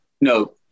no